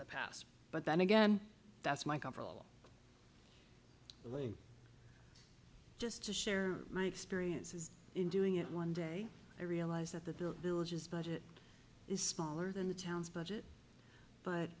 in the past but then again that's my cover all the way just to share my experiences in doing it one day i realized that the villages budget is smaller than the town's budget but